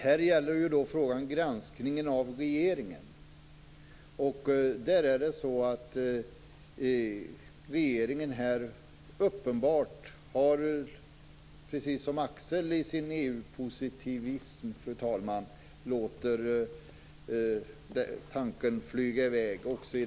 Här gäller frågan granskningen av regeringen. Regeringen har uppenbarligen - precis som Axel Andersson - i sin EU-positivism låtit tanken flyga i väg.